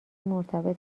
مرتبط